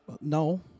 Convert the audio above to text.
No